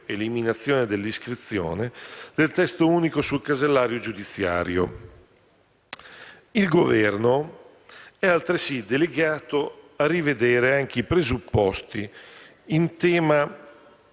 Il Governo è altresì delegato a rivedere anche i presupposti in tema